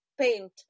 paint